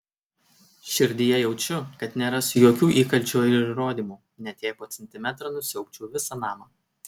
širdyje jaučiu kad nerasiu jokių įkalčių ir įrodymų net jei po centimetrą nusiaubčiau visą namą